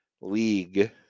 League